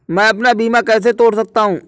मैं अपना बीमा कैसे तोड़ सकता हूँ?